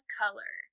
color